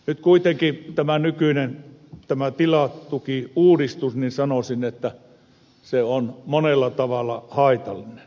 nyt kuitenkin sanoisin että tämä nykyinen tilatukiuudistus on monella tavalla haitallinen